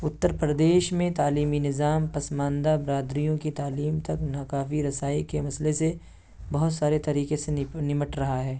اتر پردیش میں تعلیمی نظام پسماندہ برادریوں کی تعلیم تک ناکافی رسائی کے مسئلے سے بہت سارے طریقے سے نمٹ رہا ہے